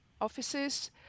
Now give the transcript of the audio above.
offices